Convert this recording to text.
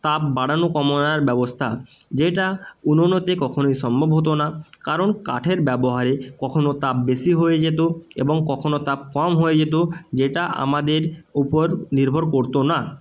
তাপ বাড়ানো কমানোর ব্যবস্থা যেটা উনুনতে কখনোই সম্ভব হতো না কারণ কাঠের ব্যবহারে কখনও তাপ বেশি হয়ে যেত এবং কখনো তাপ কম হয়ে যেত যেটা আমাদের উপর নির্ভর করতো না